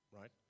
Right